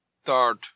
Third